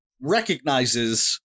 recognizes